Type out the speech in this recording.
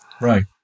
Right